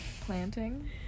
Planting